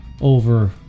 over